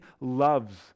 loves